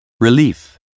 relief